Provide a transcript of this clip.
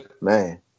man